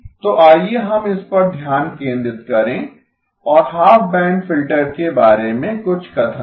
तो आइए हम इस पर ध्यान केंद्रित करें और हाफ बैंड फिल्टर के बारे में कुछ कथन दें